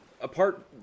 Apart